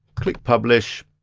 click publish.